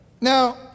Now